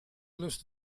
lust